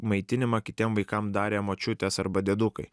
maitinimą kitiem vaikam darė močiutės arba diedukai